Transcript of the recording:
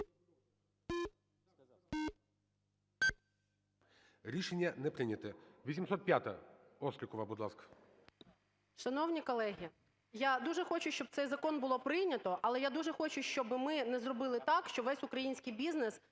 Рішення не прийнято. 805-а. Острікова, будь ласка.